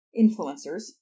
influencers